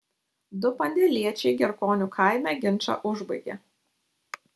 du pandėliečiai gerkonių kaime ginčą užbaigė